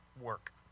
work